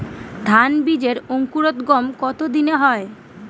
ধান বীজের অঙ্কুরোদগম কত দিনে হয়?